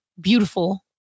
beautiful